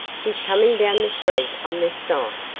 she's coming down the street on this side.